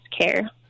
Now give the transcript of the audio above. care